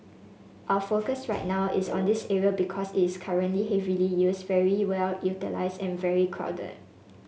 our focus right now is on this area because it's currently heavily used very well utilised and very crowded